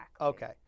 Okay